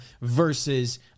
versus